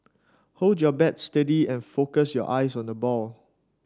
hold your bat steady and focus your eyes on the ball